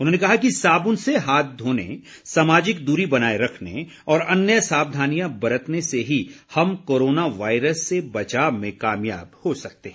उन्होंने कहा कि साबुन से हाथ धोने सामाजिक दूरी बनाए रखने और अन्य सावधानियां बरतने से ही हम कोरोना वायरस से बचाव में कामयाब हो सकते हैं